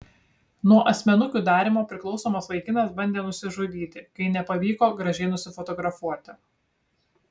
nuo asmenukių darymo priklausomas vaikinas bandė nusižudyti kai nepavyko gražiai nusifotografuoti